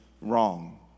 wrong